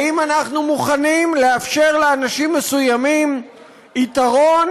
האם אנחנו מוכנים לאפשר לאנשים מסוימים יתרון,